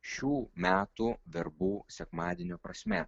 šių metų verbų sekmadienio prasmė